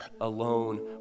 alone